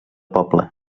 poble